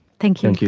thank thank you.